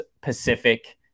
Pacific